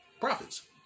Profits